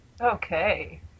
Okay